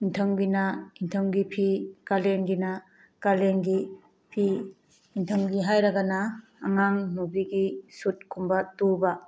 ꯅꯤꯝꯊꯝꯒꯤꯅ ꯅꯤꯡꯊꯝꯒꯤ ꯐꯤ ꯀꯥꯂꯦꯟꯒꯤꯅ ꯀꯥꯂꯦꯟꯒꯤ ꯐꯤ ꯅꯤꯡꯊꯝꯒꯤ ꯍꯥꯏꯔꯒꯅ ꯑꯉꯥꯡꯅꯨꯕꯤꯒꯤ ꯁꯨꯠꯀꯨꯝꯕ ꯇꯨꯕ